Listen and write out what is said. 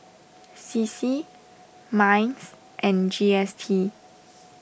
C C Minds and G S T